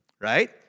right